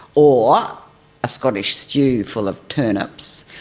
or a scottish stew full of turnips.